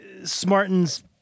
smartens